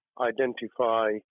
identify